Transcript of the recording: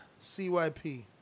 CYP